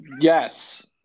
yes